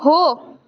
हो